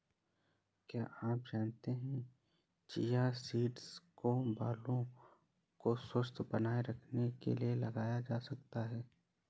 क्या आप जानते है चिया सीड्स को बालों को स्वस्थ्य बनाने के लिए लगाया जा सकता है?